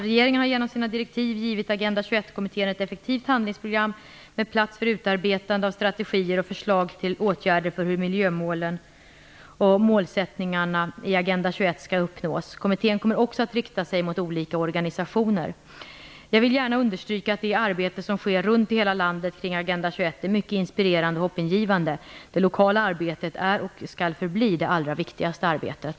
Regeringen har genom sina direktiv givit Agenda 21-kommittén ett effektivt handlingsprogram med plats för utarbetande av strategier och förslag till åtgärder för hur miljömålen och målsättningarna i Agenda 21 skall uppnås. Kommittén kommer också att rikta sig mot olika organisationer. Jag vill gärna understryka att det arbete som sker runt i hela landet kring Agenda 21 är mycket inspirerande och hoppingivande. Det lokala arbetet är och skall förbli det allra viktigaste arbetet.